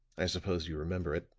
i suppose you remember it.